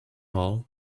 all